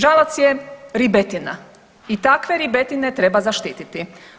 Žalac je ribetina i takve ribetine treba zaštititi.